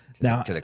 Now